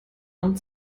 and